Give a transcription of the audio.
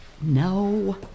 no